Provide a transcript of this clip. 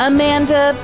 Amanda